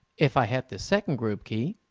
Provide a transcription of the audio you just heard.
if i hit the second group key,